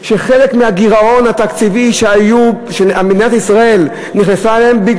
שחלק מהגירעון התקציבי שמדינת ישראל נכנסה אליו,